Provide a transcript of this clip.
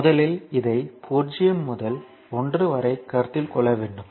முதலில் இதை 0 முதல் 1 வரை கருத்தில் கொள்ள வேண்டும்